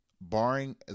barring